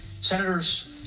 senators